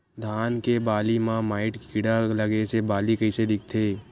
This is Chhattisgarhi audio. धान के बालि म माईट कीड़ा लगे से बालि कइसे दिखथे?